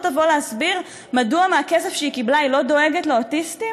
לא תבוא להסביר מדוע מהכסף שהיא קיבלה היא לא דואגת לאוטיסטים?